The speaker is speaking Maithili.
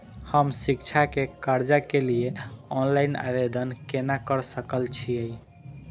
हम शिक्षा के कर्जा के लिय ऑनलाइन आवेदन केना कर सकल छियै?